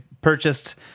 purchased